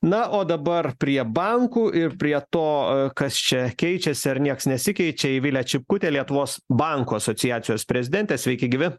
na o dabar prie bankų ir prie to kas čia keičiasi ar nieks nesikeičia eivilė čipkutė lietuvos bankų asociacijos prezidentė sveiki gyvi